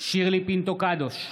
שירלי פינטו קדוש,